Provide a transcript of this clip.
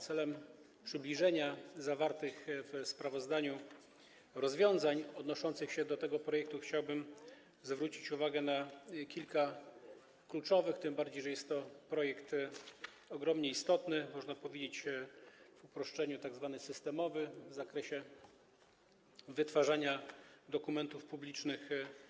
Celem przybliżenia zawartych w sprawozdaniu rozwiązań odnoszących się do tego projektu chciałbym zwrócić uwagę na kilka kluczowych, tym bardziej że jest to projekt ogromnie istotny, można powiedzieć w uproszczeniu, że tzw. systemowy w zakresie wytwarzania dokumentów publicznych.